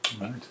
Right